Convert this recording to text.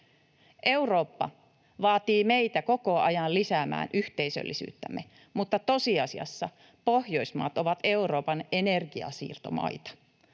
Eurooppa vaatii meitä koko ajan lisäämään yhteisöllisyyttämme, mutta tosiasiassa Pohjoismaat ovat Euroopan energiasiirtomaita.